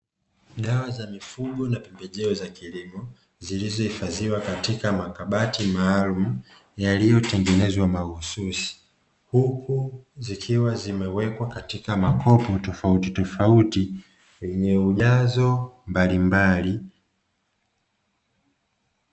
Dawa za mifugo na pembejeo za kilimo zilizo hifadhiwa katika makabati maalum yaliyo tengenezwa mahususi, huku zikiwa zimewekwa katika makopo tofautitofauti yenye ujazo mbalimbali